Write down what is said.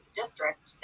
district